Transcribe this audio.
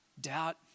doubt